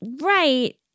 Right